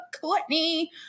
Courtney